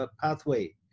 pathway